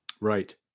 right